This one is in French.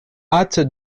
hâte